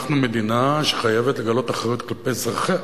אנחנו מדינה שחייבת לגלות אחריות כלפי אזרחיה,